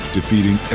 Defeating